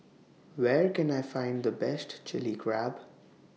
Where Can I Find The Best Chilli Crab